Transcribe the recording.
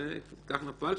שכך נפל,